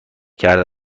کرده